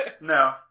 no